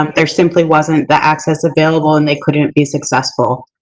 um there simply wasn't the access available and they couldn't be successful.